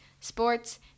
sports